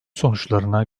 sonuçlarına